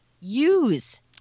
use